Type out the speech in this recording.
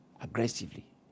Aggressively